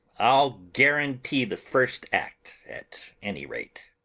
i'll guarantee the first act at any rate.